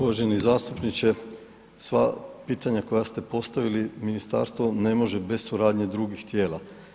Uvaženi zastupniče, sva pitanja koja ste postavili, ministarstvo ne može bez suradnje drugih tijela.